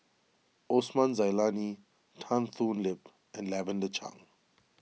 Osman Zailani Tan Thoon Lip and Lavender Chang